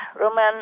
Roman